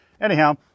Anyhow